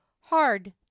Hard